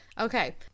Okay